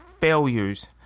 failures